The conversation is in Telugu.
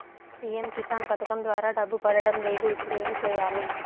సి.ఎమ్ కిసాన్ పథకం ద్వారా డబ్బు పడడం లేదు ఇప్పుడు ఏమి సేయాలి